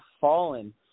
fallen